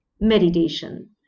meditation